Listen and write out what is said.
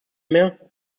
mehr